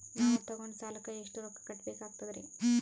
ನಾವು ತೊಗೊಂಡ ಸಾಲಕ್ಕ ಎಷ್ಟು ರೊಕ್ಕ ಕಟ್ಟಬೇಕಾಗ್ತದ್ರೀ?